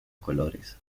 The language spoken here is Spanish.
colores